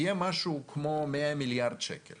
יהיה משהו כמו 100 מיליארד שקל